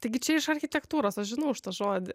taigi čia iš architektūros aš žinau žodį